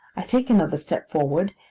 i take another step forward,